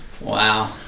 Wow